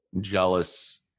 jealous